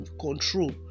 control